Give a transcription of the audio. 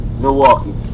Milwaukee